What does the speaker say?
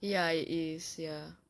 ya it is ya